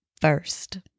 first